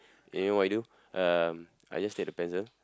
you know what I do um I just take the pencil